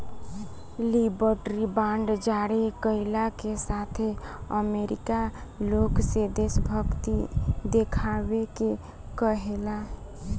liberty bond जारी कईला के साथे अमेरिका लोग से देशभक्ति देखावे के कहेला